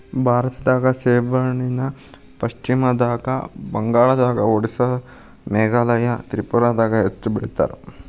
ಭಾರತದಾಗ ಸೆಣಬನ ಪಶ್ಚಿಮ ಬಂಗಾಳ, ಓಡಿಸ್ಸಾ ಮೇಘಾಲಯ ತ್ರಿಪುರಾದಾಗ ಹೆಚ್ಚ ಬೆಳಿತಾರ